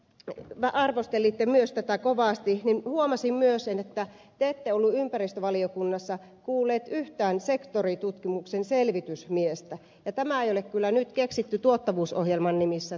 hiltunen kun arvostelitte myös tätä kovasti niin huomasin myös sen että te ette ollut ympäristövaliokunnassa kuullut yhtään sektoritutkimuksen selvitysmiestä ja tätä ei ole kyllä nyt keksitty tuottavuusohjelman nimissä